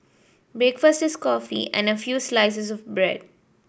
breakfast is coffee and a few slices of bread